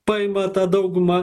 paima tą daugumą